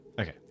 okay